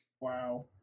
Wow